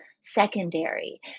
secondary